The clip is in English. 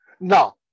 Now